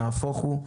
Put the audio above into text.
נהפוך הוא.